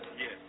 Yes